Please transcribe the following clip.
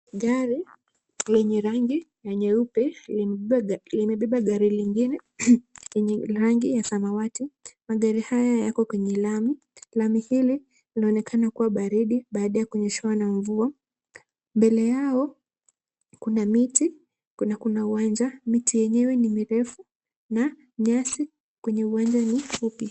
Gari lenye rangi la nyeupe limebeba gari lingine lenye rangi ya samawati . Magari haya yako kwenye lami. Lami hili linaonekana kuwa baridi baada ya kunyeshewa na mvua. Mbele yao kuna miti na kuna uwanja. Miti yenyewe ni mirefu na nyasi kwenye uwanja ni fupi.